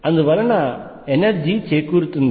అందువలన ఎనర్జీ చేకూరుతుంది